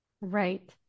Right